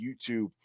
YouTube